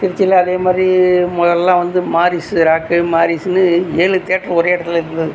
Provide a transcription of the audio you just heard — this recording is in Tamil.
திருச்சியில அதே மாதிரி முதல்லாம் வந்து மாரிசு ராக்கு மாரிசுன்னு ஏலு தேட்டரு ஒரே இடத்துல இருந்துது